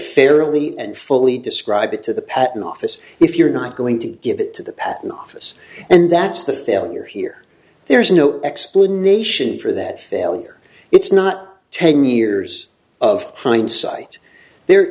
fairly and fully describe it to the patent office if you're not going to give it to the patent office and that's the failure here there's no explanation for that failure it's not ten years of hindsight there